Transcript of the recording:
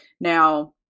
Now